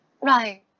right